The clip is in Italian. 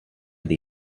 dei